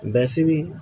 ਵੈਸੇ ਵੀ